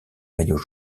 maillot